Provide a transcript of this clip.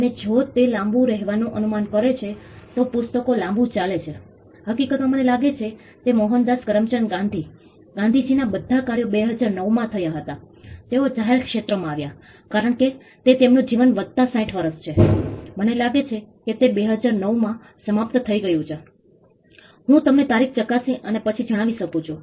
અને જો તે લાંબું રહેવાનું અનુમાન કરે છે તો પુસ્તકો લાંબું ચાલે છે હકીકતમાં મને લાગે છે કે તે મોહનદાસ કરમચંદ ગાંધી ગાંધીજીનાં બધાં કાર્યો 2009 માં થયાં હતાં તેઓ જાહેર ક્ષેત્રમાં આવ્યા કારણ કે તેમનું જીવન વત્તા 60 વર્ષ છે મને લાગે છે કે તે 2009 માં સમાપ્ત થઈ ગયું છે હું તમને તારીખ ચકાસી અને પછી જણાવી શકું છું